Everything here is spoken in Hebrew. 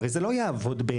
הרי זה לא יעבוד באמת.